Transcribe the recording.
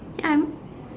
ya